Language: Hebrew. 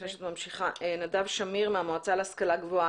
לפני שאת ממשיכה נדב שמיר מהמועצה להשכלה גבוהה,